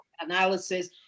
analysis